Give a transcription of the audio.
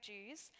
Jews